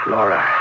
Laura